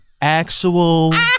actual